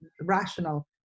rational